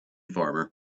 farmer